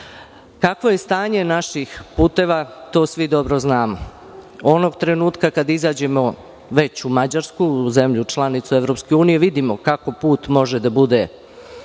je stanje naših puteva, to svi dobro znamo. Onog trenutka kada izađemo već u Mađarsku, zemlju članicu EU, vidimo kako put može da bude